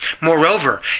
Moreover